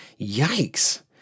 Yikes